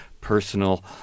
personal